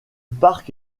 parc